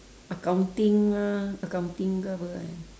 accounting ah accounting ke apa kan